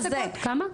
כמה?